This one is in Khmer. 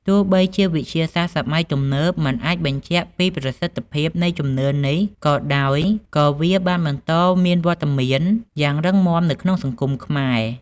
ទោះបីជាវិទ្យាសាស្រ្តសម័យទំនើបមិនអាចបញ្ជាក់ពីប្រសិទ្ធភាពនៃជំនឿនេះក៏ដោយក៏វាបានបន្តមានវត្តមានយ៉ាងរឹងមាំនៅក្នុងសង្គមខ្មែរ។